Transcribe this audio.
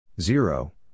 zero